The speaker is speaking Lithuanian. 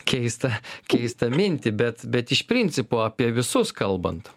keistą keistą mintį bet bet iš principo apie visus kalbant